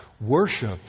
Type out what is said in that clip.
Worship